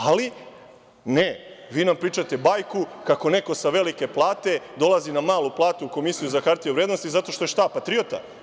Ali, ne, vi nam pričate bajku kako neko sa velike plate dolazi na malu platu u Komisiju za hartije od vrednosti zato što je šta –patriota?